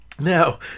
Now